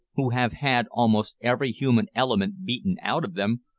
who have had almost every human element beaten out of them,